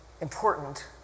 important